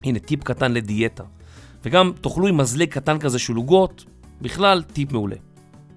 הנה טיפ קטן לדיאטה, וגם תוכלו עם מזלג קטן כזה של עוגות, בכלל טיפ מעולה.